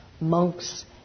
monks